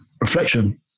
reflection